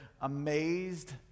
amazed